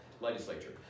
legislature